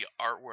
artwork